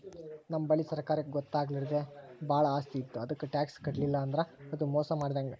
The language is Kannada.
ನಮ್ ಬಲ್ಲಿ ಸರ್ಕಾರಕ್ಕ್ ಗೊತ್ತಾಗ್ಲಾರ್ದೆ ಭಾಳ್ ಆಸ್ತಿ ಇತ್ತು ಅದಕ್ಕ್ ಟ್ಯಾಕ್ಸ್ ಕಟ್ಟಲಿಲ್ಲ್ ಅಂದ್ರ ಅದು ಮೋಸ್ ಮಾಡಿದಂಗ್